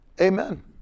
Amen